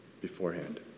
beforehand